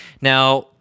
Now